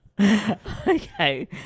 Okay